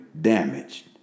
damaged